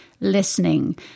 listening